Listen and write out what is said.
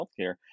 healthcare